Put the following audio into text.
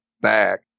back